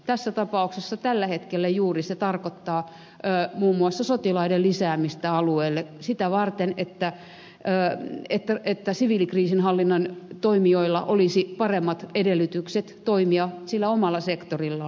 tässä tapauksessa se tarkoittaa juuri tällä hetkellä muun muassa sotilaiden lisäämistä alueelle sitä varten että siviilikriisinhallinnan toimijoilla olisi paremmat edellytykset toimia omalla sektorillaan afganistanissa